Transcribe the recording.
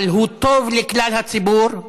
אבל הוא טוב לכלל הציבור,